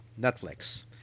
Netflix